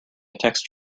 text